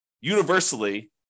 universally